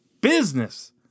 business